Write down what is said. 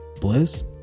Bliss